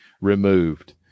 removed